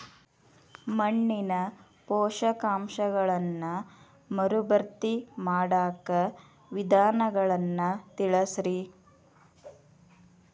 ಮಣ್ಣಿನ ಪೋಷಕಾಂಶಗಳನ್ನ ಮರುಭರ್ತಿ ಮಾಡಾಕ ವಿಧಾನಗಳನ್ನ ತಿಳಸ್ರಿ